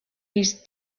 his